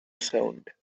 sound